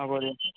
হ'ব দিয়া